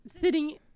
sitting